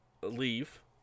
leave